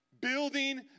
Building